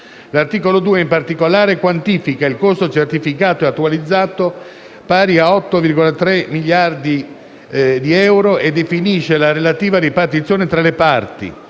L'articolo 2, in particolare, quantifica il costo certificato e attualizzato pari a 8.300 milioni di euro, e definisce la relativa ripartizione fra le parti.